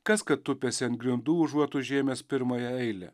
kas kad tupiasi ant grindų užuot užėmęs pirmąją eilę